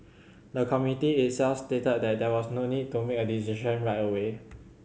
the Committee itself stated that there was no need to make a decision right away